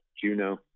Juno